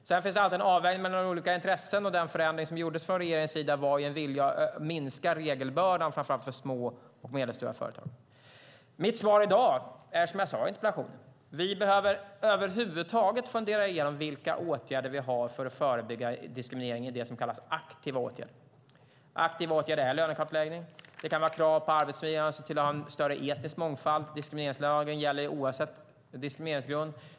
Det är dock alltid en avvägning mellan olika intressen, och den förändring som gjordes från regeringens sida handlade om en vilja att minska regelbördan framför allt för små och medelstora företag. Mitt svar i dag är som jag sade i interpellationssvaret: Vi behöver fundera igenom vilka aktiva åtgärder vi har för att förebygga diskriminering. En aktiv åtgärd är till exempel lönekartläggning. Det kan vara krav på arbetsgivaren att se till att ha en större etnisk mångfald. Diskrimineringslagen gäller ju oavsett diskrimineringsgrund.